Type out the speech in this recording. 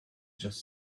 just